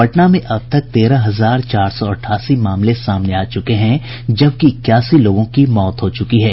पटना में अब तक तेरह हजार चार सौ अठासी मामले सामने आ चुके हैं जबकि इक्यासी लोगों की मौत हो चुकी है